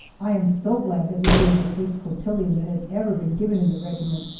i am so glad that we gave the first cotillon that had ever been given in the regiment,